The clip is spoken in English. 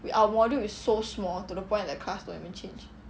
we our module is so small to the point that our class don't even change